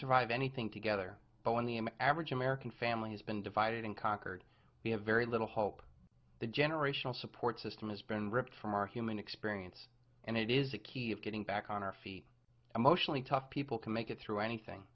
survive anything together but when the an average american family has been divided and conquered we have very little hope the generational support system has been ripped from our human experience and it is a key of getting back on our feet emotionally tough people can make it through anything